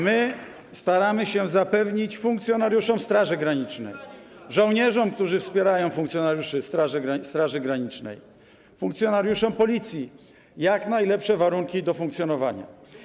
My staramy się zapewnić funkcjonariuszom Straży Granicznej, żołnierzom, którzy wspierają funkcjonariuszy Straży Granicznej, funkcjonariuszom Policji jak najlepsze warunki funkcjonowania.